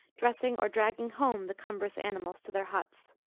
dressing, or dragging home the cumbrous animals to their huts.